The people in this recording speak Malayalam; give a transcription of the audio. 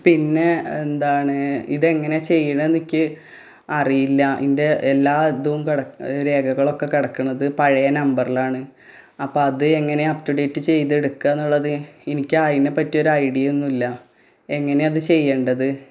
പിന്നെ എന്താണ് ഇതെങ്ങനെയാണ് ചെയ്യുന്നത് എന്നൊക്കെ അറിയില്ല എന്റെ എല്ലാ ഇതും രേഖകളൊക്കെ കിടക്കുന്നത് പഴയ നമ്പറിലാണ് അപ്പം അത് എങ്ങനെയാണ് അപ്ടുഡേറ്റ് ചെയ്ത് എടുക്കുക എന്നുള്ളത് എനിക്ക് അതിനെപ്പറ്റി ഒരു ഐഡിയ ഒന്നും ഇല്ല എങ്ങനെയാണ് അത് ചെയ്യേണ്ടത്